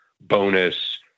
bonus